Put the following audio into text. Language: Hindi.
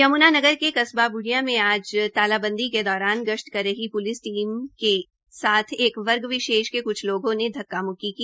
यमुनानगर के कस्बा बुडिया में आज तालाबंदी के दौरान गश्त पर रही प्लिस टीम के साथ एक वर्ग विशेष के क्छ लोगों ने धक्का म्क्की की